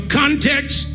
context